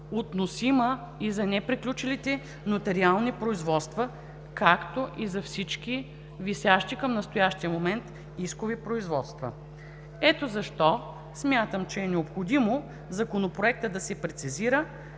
относима и за неприключилите нотариални производства, както и за всички висящи към настоящия момент искови производства. Ето защо смятам, че е необходимо Законопроектът да се прецизира,